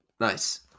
Nice